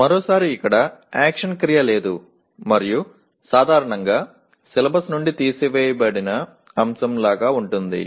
మరోసారి ఇక్కడ యాక్షన్ క్రియ లేదు మరియు సాధారణంగా సిలబస్ నుండి తీసివేయబడిన అంశం లాగా ఉంటుంది